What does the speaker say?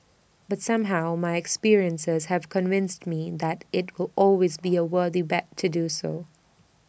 but somehow my experiences have convinced me that IT will always be A worthy bet to do so